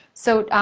so,